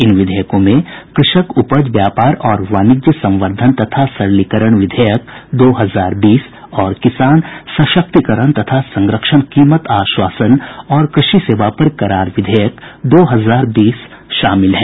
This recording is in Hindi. इन विधेयकों में कृषक उपज व्यापार और वाणिज्य संवर्धन तथा सरलीकरण विधेयक दो हजार बीस और किसान सशक्तिकरण तथा संरक्षण कीमत आश्वासन और कृषि सेवा पर करार विधेयक दो हजार बीस शामिल हैं